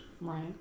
Right